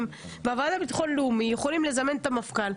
והוועדה לביטחון לאומי יכולים לזמן את המפכ"ל,